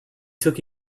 took